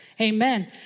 Amen